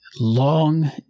long